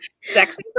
sexy